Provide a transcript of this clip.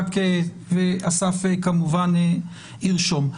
אסף כמובן ירשום.